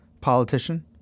politician